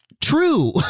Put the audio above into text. true